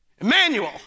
Emmanuel